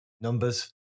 numbers